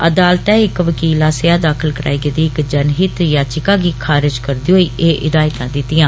अदालतै इक वर्कोल आस्सेआ दाखल कराई गेदी इक जनहित याचिका गी खारज करदे होई एह हिदायतां दितियां